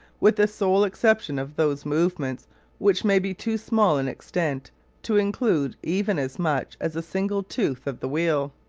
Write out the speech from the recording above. with the sole exception of those movements which may be too small in extent to include even as much as a single tooth of the wheel.